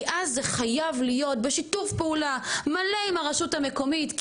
כי אז זה חייב להיות בשיתוף פעולה מלא עם הרשות המקומית,